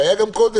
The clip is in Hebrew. שהיה גם קודם,